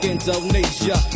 Indonesia